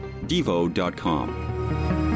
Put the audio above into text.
Devo.com